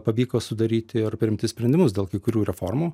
pavyko sudaryti ir priimti sprendimus dėl kai kurių reformų